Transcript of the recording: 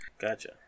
Gotcha